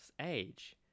age